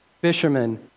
fishermen